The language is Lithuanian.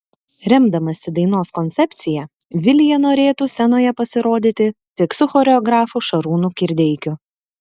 remdamasi dainos koncepcija vilija norėtų scenoje pasirodyti tik su choreografu šarūnu kirdeikiu